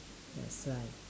that's why